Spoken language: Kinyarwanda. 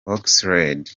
oxlade